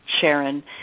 Sharon